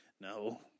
No